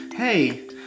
Hey